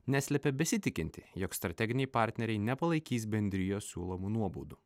neslepia besitikinti jog strateginiai partneriai nepalaikys bendrijos siūlomų nuobaudų